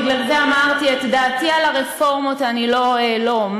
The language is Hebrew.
בגלל זה אמרתי שאת דעתי על הרפורמות אני לא אומר,